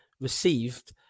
received